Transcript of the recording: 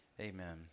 Amen